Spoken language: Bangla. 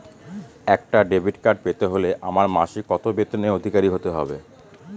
একটা ডেবিট কার্ড পেতে হলে আমার মাসিক কত বেতনের অধিকারি হতে হবে?